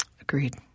Agreed